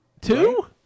two